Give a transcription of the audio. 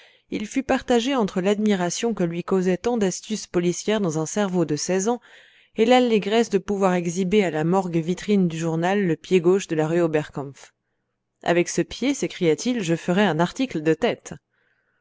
il fut partagé entre l'admiration que lui causait tant d'astuce policière dans un cerveau de seize ans et l'allégresse de pouvoir exhiber à la morgue vitrine du journal le pied gauche de la rue oberkampf avec ce pied s'écria-t-il je ferai un article de tête